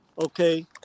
Okay